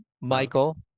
Michael